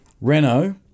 Renault